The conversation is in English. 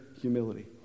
humility